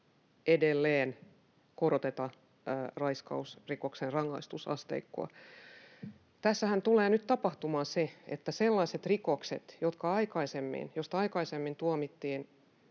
edelleen koroteta raiskausrikosten rangaistusasteikkoa: Tässähän tulee nyt tapahtumaan se, että sellaiset rikokset, joista aikaisemmin tuomittiin